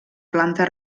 planta